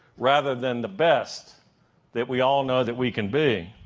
rather than the best that we all know that we can be.